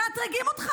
מאתרגים אותך,